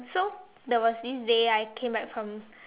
so there was this day I came back from